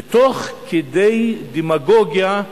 ותוך כדי דמגוגיה,